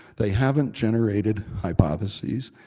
they haven't generated hypotheses,